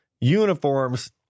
uniforms